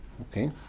Okay